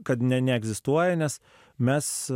kad ne neegzistuoja nes mes